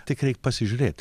tik reik pasižiūrėt